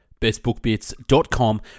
BestBookBits.com